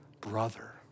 brother